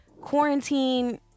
quarantine